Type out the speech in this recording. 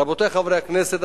רבותי חברי הכנסת,